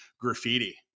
graffiti